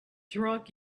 drunk